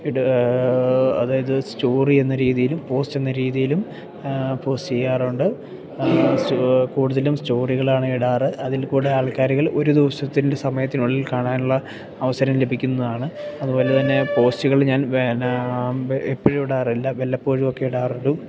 ഇട് അതായത് സ്റ്റോറി എന്ന രീതിയിലും പോസ്റ്റ് എന്ന രീതിയിലും പോസ്റ്റ് ചെയ്യാറുണ്ട് കൂടുതലും സ്റ്റോറികളാണ് ഇടാറ് അതിൽ കൂടെ ആൾക്കാര്കൾ ഒരു ദിവസത്തിൻ്റെ സമയത്തിനുള്ളിൽ കാണാനുള്ള അവസരം ലഭിക്കുന്നതാണ് അതുപോലെ തന്നെ പോസ്റ്റുകൾ ഞാൻ എപ്പോഴും ഇടാറില്ല വല്ലപ്പോഴും ഒക്കെ ഇടാറുള്ളു